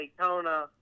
daytona